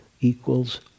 equals